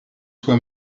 soi